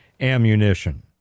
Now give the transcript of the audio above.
ammunition